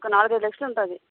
ఒక నాలుగైదు లక్షలుంటుంది